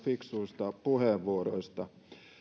fiksuista puheenvuoroista